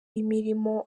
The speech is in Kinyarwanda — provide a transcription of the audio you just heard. imirimo